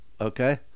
Okay